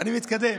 אני מתקדם.